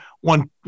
one